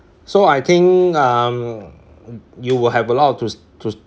so I think um you will have a lot of to to